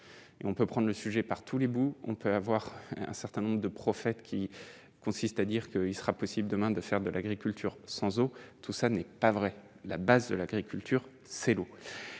On peut prendre le sujet par tous les bouts, on peut avoir un certain nombre de prophète qui consiste à dire qu'il sera possible demain de faire de l'agriculture sans eau, tout ça n'est pas vrai : la base de l'agriculture, c'est l'eau